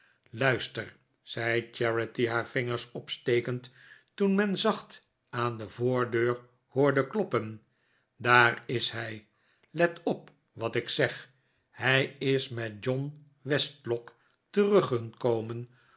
zei charity haar vinger opstekend toen men zacht aan de voordeur hoorde kloppen daar is hij let op wat ik zeg hij is met john westlock teruggekomen